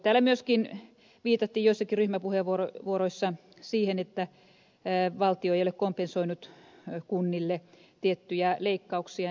täällä myöskin viitattiin joissakin ryhmäpuheenvuoroissa siihen että valtio ei ole kompensoinut kunnille tiettyjä leikkauksia